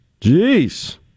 Jeez